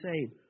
saved